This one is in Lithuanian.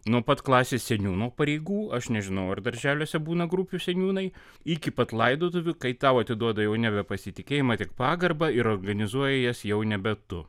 nuo pat klasės seniūno pareigų aš nežinau ar darželiuose būna grupių seniūnai iki pat laidotuvių kai tau atiduoda jau nebe pasitikėjimą tik pagarbą ir organizuoji jas jau nebe tu